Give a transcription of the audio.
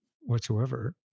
whatsoever